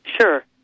Sure